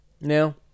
now